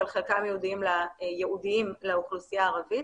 אבל חלקם ייעודיים לאוכלוסייה הערבית.